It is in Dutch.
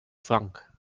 frank